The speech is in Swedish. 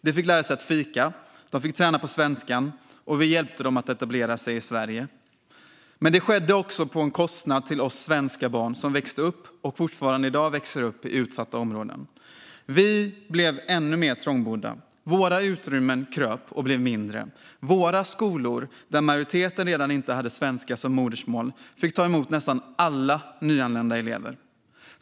De fick lära sig fika och träna på svenska, och vi hjälpte dem att etablera sig i Sverige. Men det skedde på bekostnad av oss svenska barn som växte upp i utsatta områden. Vi blev ännu mer trångbodda; vårt utrymme krympte. Våra skolor, där majoriteten redan inte hade svenska som modersmål, fick ta emot nästan alla nyanlända elever.